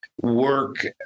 Work